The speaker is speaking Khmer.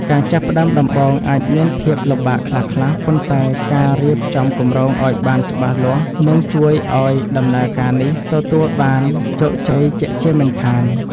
ការចាប់ផ្តើមដំបូងអាចមានភាពលំបាកខ្លះៗប៉ុន្តែការរៀបចំគម្រោងឱ្យបានច្បាស់លាស់នឹងជួយឱ្យដំណើរការនេះទទួលបានជោគជ័យជាក់ជាមិនខាន។